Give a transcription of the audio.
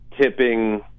tipping